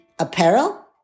Apparel